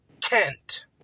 Kent